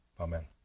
Amen